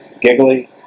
giggly